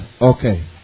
okay